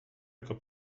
яка